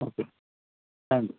okay రండి